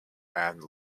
and